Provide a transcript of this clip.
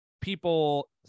people